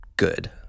Good